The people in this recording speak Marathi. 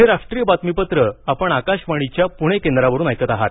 हे राष्ट्रीय बातमीपत्र आपण आकाशवाणीच्या पूणे केंद्रावरून ऐकत आहात